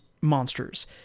monsters